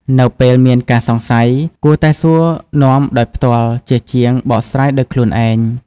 នៅពេលមានការសង្ស័យ គួរតែសួរនាំដោយផ្ទាល់ជាជាងបកស្រាយដោយខ្លួនឯង។